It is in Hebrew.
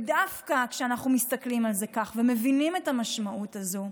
דווקא כשאנחנו מסתכלים על זה כך ומבינים את המשמעות הזאת,